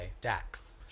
Dax